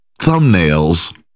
thumbnails